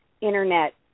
Internet